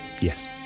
Yes